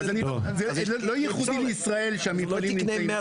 זה לא ייחודי לישראל שהמפעלים נמצאים.